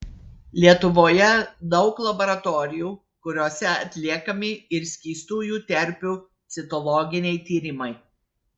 lietuvoje daug laboratorijų kuriose atliekami ir skystųjų terpių citologiniai tyrimai